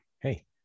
Hey